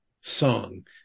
Song